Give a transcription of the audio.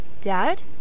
Dad